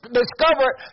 discovered